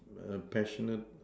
err passionate